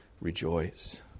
rejoice